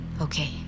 Okay